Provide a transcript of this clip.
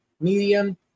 medium